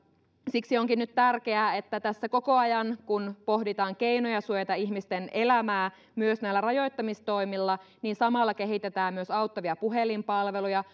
siksi onkin nyt tärkeää että tässä koko ajan kun pohditaan keinoja suojata ihmisten elämää myös näillä rajoittamistoimilla samalla kehitetään myös auttavia puhelinpalveluja